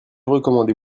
recommandez